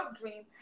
dream